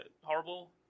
Horrible